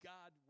God